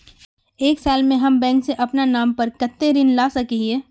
एक साल में हम बैंक से अपना नाम पर कते ऋण ला सके हिय?